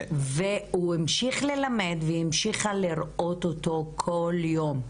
הוא המשיך ללמד והיא המשיכה לראות אותו כל יום.